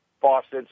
faucets